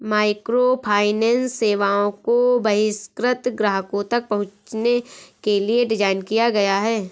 microfinance सेवाओं को बहिष्कृत ग्राहकों तक पहुंचने के लिए डिज़ाइन किया गया है